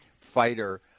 fighter